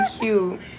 cute